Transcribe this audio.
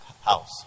house